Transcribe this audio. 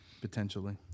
Potentially